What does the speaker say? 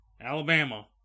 Alabama